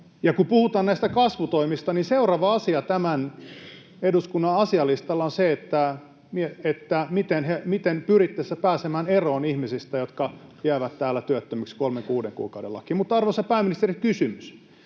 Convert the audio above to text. kun puhutaan näistä kasvutoimista, niin seuraava asia tämän eduskunnan asialistalla on se, miten pyritte pääsemään eroon ihmisistä, jotka jäävät täällä työttömiksi: kolmen/kuuden kuukauden laki. Arvoisa pääministeri, kysymys: